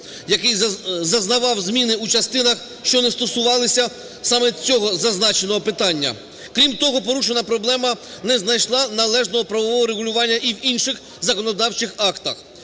який зазнавав зміни у частинах, що не стосувалися саме цього зазначеного питання. Крім того, порушена проблема не знайшла належного правового регулювання і в інших законодавчих актах.